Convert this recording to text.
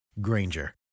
Granger